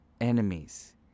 enemies